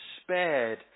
spared